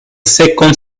second